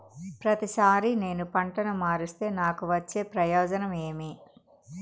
ప్రతిసారి నేను పంటను మారిస్తే నాకు వచ్చే ప్రయోజనం ఏమి?